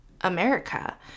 America